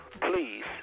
please